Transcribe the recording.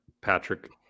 Patrick